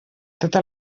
tota